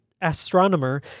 astronomer